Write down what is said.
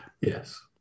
Yes